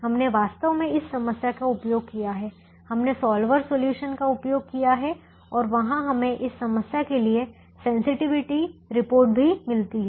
हमने वास्तव में इस समस्या का उपयोग किया है हमने सॉल्वर सॉल्यूशन का उपयोग किया है और वहां हमें इस समस्या के लिए सेंसटिविटी रिपोर्ट भी मिलती है